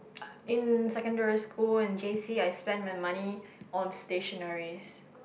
uh in secondary school in J_C I spend my money on stationeries